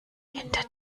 hinter